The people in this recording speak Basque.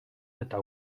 eta